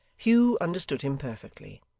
hugh understood him perfectly.